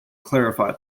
clarify